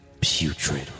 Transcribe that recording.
putrid